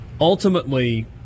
Ultimately